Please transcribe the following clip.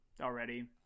already